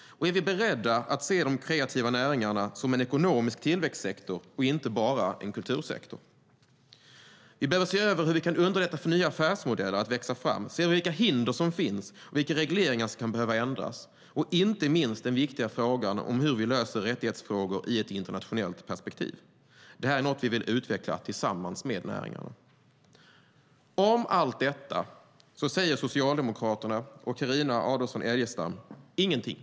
Och är vi beredda att se de kreativa näringarna som en ekonomisk tillväxtsektor och inte bara som en kultursektor? Vi behöver se över hur vi kan underlätta för nya affärsmodeller att växa fram, vilka hinder som finns och vilka regleringar som kan behöva ändras. Inte minst är det en viktig fråga hur vi löser rättighetsfrågor i ett internationellt perspektiv. Detta är något vi vill utveckla tillsammans med näringarna. Om allt detta säger Socialdemokraterna och Carina Adolfsson Elgestam ingenting.